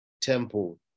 temple